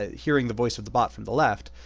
ah hearing the voice of the bot from the left,